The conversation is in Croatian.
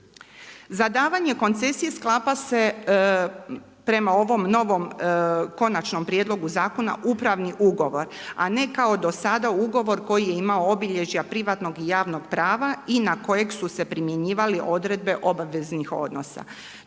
Za davanje koncesije sklapa se prema ovom novom konačnom prijedlogu zakonu upravni ugovor, a ne kao do sada ugovor koji je imao obilježja privatnog i javnog prava i na kojeg su se primjenjivali odredbe obveznih odnosa.